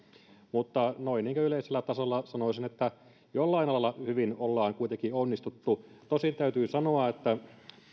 mutta noin niin kuin yleisellä tasolla sanoisin että jollain lailla hyvin ollaan kuitenkin onnistuttu tosin täytyy sanoa että